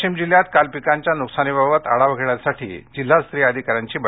वाशिम जिल्ह्यात काल पिकांच्या नुकसानीबाबत आढावा घेण्यासाठी जिल्हास्तरीय अधिकाऱ्यांची बैठक झाली